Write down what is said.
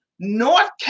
North